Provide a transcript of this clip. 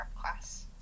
class